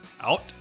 Out